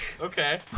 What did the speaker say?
Okay